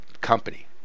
company